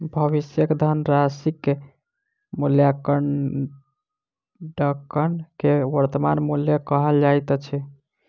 भविष्यक धनराशिक मूल्याङकन के वर्त्तमान मूल्य कहल जाइत अछि